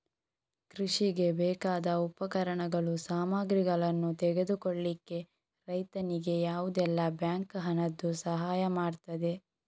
ಕೃಷಿಗೆ ಬೇಕಾದ ಉಪಕರಣಗಳು, ಸಾಮಗ್ರಿಗಳನ್ನು ತೆಗೆದುಕೊಳ್ಳಿಕ್ಕೆ ರೈತನಿಗೆ ಯಾವುದೆಲ್ಲ ಬ್ಯಾಂಕ್ ಹಣದ್ದು ಸಹಾಯ ಮಾಡ್ತದೆ?